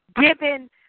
given